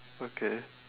okay